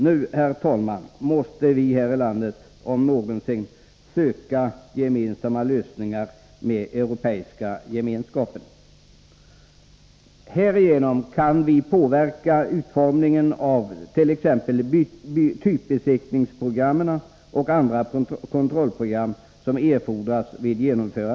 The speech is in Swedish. Nu om någonsin måste vi här i landet söka gemensamma lösningar med Europeiska gemenskaperna. Härigenom kan vi påverka utformningen av t.ex. typbesiktningsprogrammen och andra kontrollprogram som erfordras.